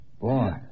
Boy